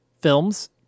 films